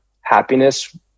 happiness